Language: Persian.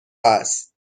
است